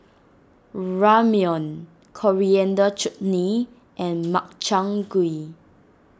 Ramyeon Coriander Chutney and Makchang Gui